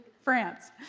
France